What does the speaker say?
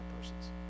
persons